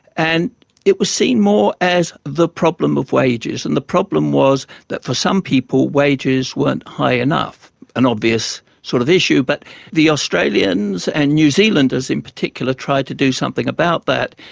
and it was seen more as the problem of wages, and the problem was that for some people wages weren't high enough an obvious sort of issue. but the australians and new zealanders in particular tried to do something about that,